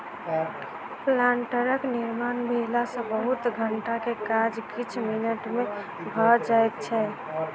प्लांटरक निर्माण भेला सॅ बहुत घंटा के काज किछ मिनट मे भ जाइत छै